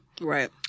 Right